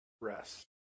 rest